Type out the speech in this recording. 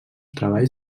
treballs